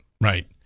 right